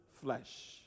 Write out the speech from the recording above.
flesh